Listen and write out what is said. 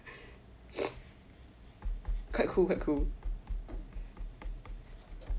quite cool quite cool